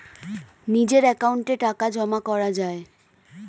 নিজের অ্যাকাউন্টে টাকা জমা করা যায়